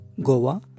Goa